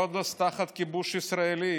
רודוס תחת כיבוש ישראלי,